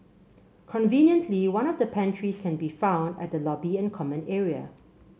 conveniently one of the pantries can be found at the lobby and common area